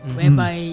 whereby